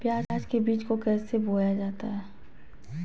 प्याज के बीज को कैसे बोया जाता है?